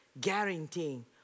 guaranteeing